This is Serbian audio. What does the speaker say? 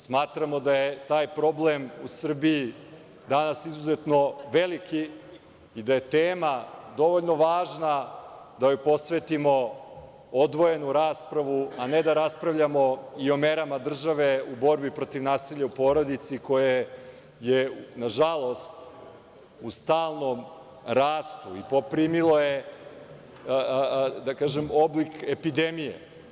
Smatramo da je taj problem u Srbiji danas izuzetno veliki i da je tema dovoljno važna da joj posvetimo odvojenu raspravu, a ne da raspravljamo i o merama države u borbi protiv nasilja u porodici koje je nažalost u stalnom rastu i poprimilo je oblik epidemije.